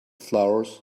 flowers